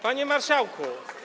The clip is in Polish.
Panie Marszałku!